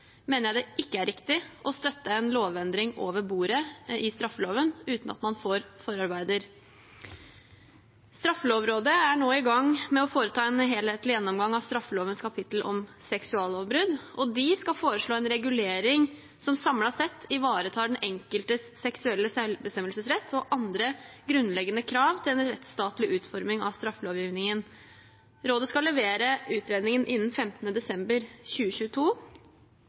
å støtte en lovendring i straffeloven. Straffelovrådet er nå i gang med å foreta en helhetlig gjennomgang av straffelovens kapittel om seksuallovbrudd. De skal foreslå en regulering som samlet sett ivaretar den enkeltes seksuelle selvbestemmelsesrett og andre grunnleggende krav til en rettsstatlig utforming av straffelovgivningen. Rådet skal levere utredningen innen 15. desember 2022.